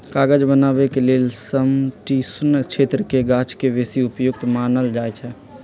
कागज बनाबे के लेल समशीतोष्ण क्षेत्रके गाछके बेशी उपयुक्त मानल जाइ छइ